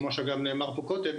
כמו שנאמר פה קודם,